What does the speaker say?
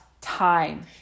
Time